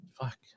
fuck